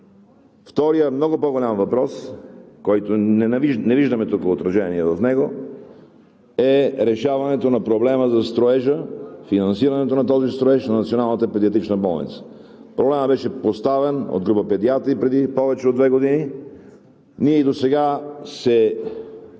Вторият, много по-голям въпрос, не виждаме тук отражение в него, е решаването на проблема за строежа, финансирането на този строеж, на Националната педиатрична болница. Проблемът беше поставен от група педиатри преди повече от две години. Ние и досега се